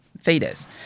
fetus